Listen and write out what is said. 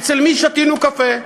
אצל מי שתינו קפה?